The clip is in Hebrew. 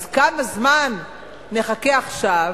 אז כמה זמן נחכה עכשיו?